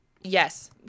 Yes